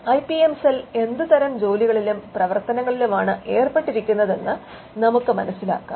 I P M cell എന്തുതരം ജോലികളിലും പ്രവർത്തനങ്ങളിലുമാണ് ഏർപ്പെട്ടിരിക്കുന്നത് എന്ന് നമുക്ക് മനസിലാക്കാം